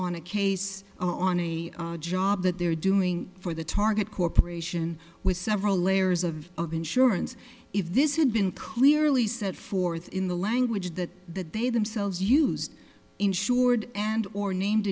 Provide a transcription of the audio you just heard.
on a case on a job that they're doing for the target corporation with several layers of of insurance if this had been clearly set forth in the language that they themselves used insured and or named